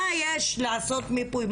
מה יש לעשות מיפוי?